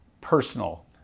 personal